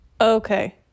Okay